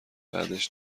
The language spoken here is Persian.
بعدش